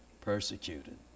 persecuted